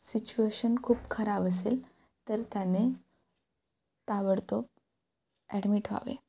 situation खूप खराब असेल तर त्याने ताबडतोब ॲडमिट व्हावे